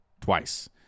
twice